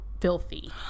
filthy